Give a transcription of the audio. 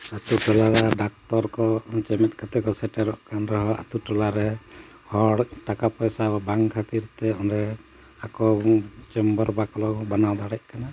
ᱟᱛᱳ ᱴᱚᱞᱟ ᱨᱮ ᱰᱟᱠᱛᱚᱨ ᱠᱚ ᱪᱮᱢᱮᱫ ᱠᱟᱛᱮ ᱠᱚ ᱥᱮᱴᱮᱨᱚᱜ ᱠᱟᱱ ᱨᱮᱦᱚᱸ ᱟᱛᱳ ᱴᱚᱞᱟᱨᱮ ᱦᱚᱲ ᱴᱟᱠᱟ ᱯᱚᱭᱥᱟ ᱵᱟᱝ ᱠᱷᱟᱹᱛᱤᱨ ᱛᱮ ᱚᱸᱰᱮ ᱟᱠᱚ ᱪᱮᱢᱵᱟᱨ ᱵᱟᱠᱚ ᱵᱮᱱᱟᱣ ᱫᱟᱲᱮᱭᱟᱜ ᱠᱟᱱᱟ